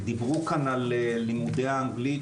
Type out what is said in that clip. דיברו כאן על לימודי האנגלית,